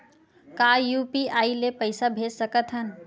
का यू.पी.आई ले पईसा भेज सकत हन?